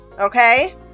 okay